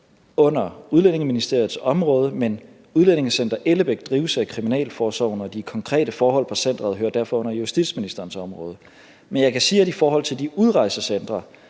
under Udlændingeministeriets område, men Udlændingecenter Ellebæk drives af Kriminalforsorgen, og de konkrete forhold på centeret hører derfor under justitsministerens område. Men jeg kan sige, at det i forhold til de udrejsecentre,